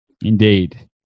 Indeed